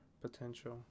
potential